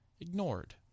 ignored